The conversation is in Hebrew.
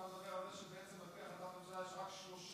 אתה מדבר על זה שבעצם על פי החלטת ממשלה יש רק שלושה